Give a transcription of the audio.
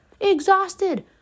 exhausted